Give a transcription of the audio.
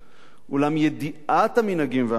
אולם ידיעת המנהגים והמסורת,